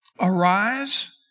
arise